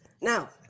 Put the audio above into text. now